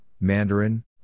mandarin